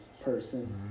person